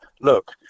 look